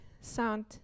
sound